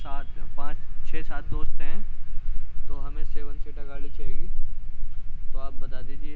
سات پانچ چھ سات دوست ہیں تو ہمیں سیون سیٹر گاڑی چاہیے تو آپ بتا دیجیے